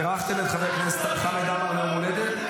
בירכתם את חבר הכנסת חמד עמאר ליום ההולדת?